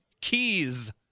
Keys